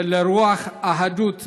ורוח אחדות בינינו.